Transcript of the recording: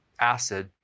acid